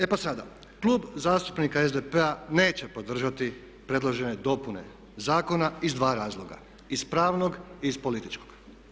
E pa sada, Klub zastupnika SDP-a neće podržati predložene dopune zakona iz dva razloga, iz pravnog i iz političkog.